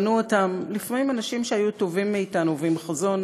בנו אותם לפעמים אנשים שהיו טובים מאתנו ועם חזון